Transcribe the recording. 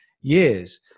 years